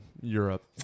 Europe